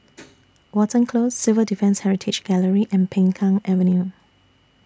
Watten Close Civil Defence Heritage Gallery and Peng Kang Avenue